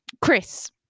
chris